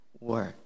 work